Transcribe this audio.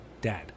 Dad